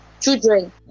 children